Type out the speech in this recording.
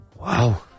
Wow